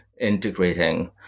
integrating